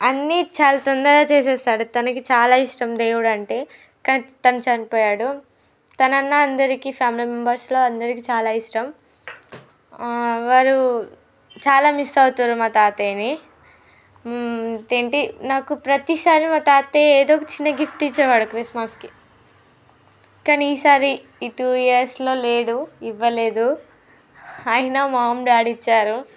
అన్నీ చాలా తొందరగా చేసేస్తాడు తనకి చాలా ఇష్టం దేవుడంటే కానీ తను చనిపోయాడు తను అన్న అందరికీ ఫ్యామిలీ మెంబర్స్లో అందరికీ చాలా ఇష్టం వారు చాలా మిస్ అవుతారు మా తాతయ్యని ఇదేంటి నాకు ప్రతీసారి మా తాతయ్య ఏదో ఒక చిన్న గిఫ్ట్ ఇచ్చేవాడు క్రిస్మస్కి కానీ ఈసారి ఈ టు ఇయర్స్లో లేడు ఇవ్వలేదు అయినా మామ్ డాడ్ ఇచ్చారు